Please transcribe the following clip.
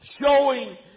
showing